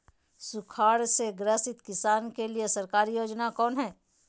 सुखाड़ से ग्रसित किसान के लिए सरकारी योजना कौन हय?